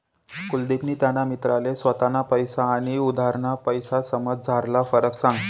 कुलदिपनी त्याना मित्रले स्वताना पैसा आनी उधारना पैसासमझारला फरक सांगा